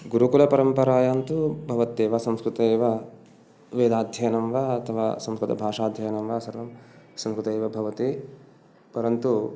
गुरुकुलपरम्परायान्तु भवत्येव संस्कृते एव वेदाध्ययनं वा अथवा संस्कृतभाषाध्ययनं वा सर्वं संस्कृते एव भवति परन्तु